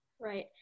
Right